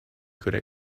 could